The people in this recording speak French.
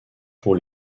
pour